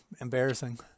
embarrassing